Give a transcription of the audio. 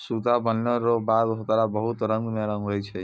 सूता बनलो रो बाद होकरा बहुत रंग मे रंगै छै